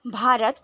Bharat